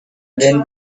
didn’t